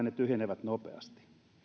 ne tyhjenevät nopeasti